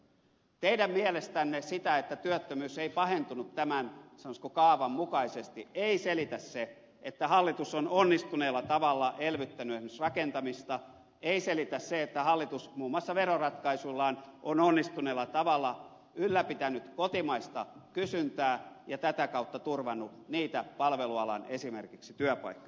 teidän mielestänne sitä että työttömyys ei pahentunut tämän sanoisiko kaavan mukaisesti ei selitä se että hallitus on onnistuneella tavalla elvyttänyt esimerkiksi rakentamista ei selitä se että hallitus muun muassa veroratkaisuillaan on onnistuneella tavalla ylläpitänyt kotimaista kysyntää ja tätä kautta turvannut esimerkiksi palvelualan työpaikkoja